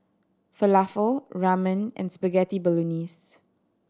Falafel Ramen and Spaghetti Bolognese